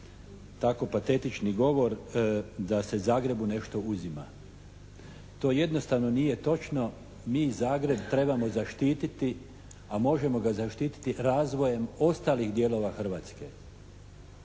tako patetičan govor da se Zagrebu nešto uzima. To jednostavno nije točno. Mi Zagreb trebamo zaštiti, a možemo ga zaštiti razvojem ostalih dijelova Hrvatske.